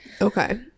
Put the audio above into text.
Okay